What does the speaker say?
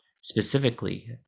specifically